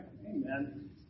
Amen